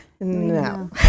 No